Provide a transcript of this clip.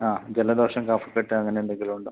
ആ ജലദോഷം കഫക്കെട്ട് അങ്ങനെ എന്തെങ്കിലുമുണ്ടോ